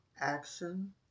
Action